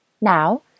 Now